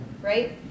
right